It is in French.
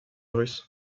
russe